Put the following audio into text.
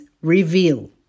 reveal